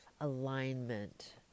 alignment